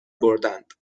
بردند